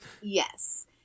Yes